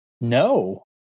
No